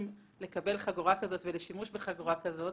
לקבל חגורה כזאת ולשימוש בחגורה כזאת.